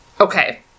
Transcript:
Okay